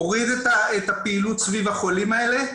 הוא הוריד את הפעילות סביב החולים האלה,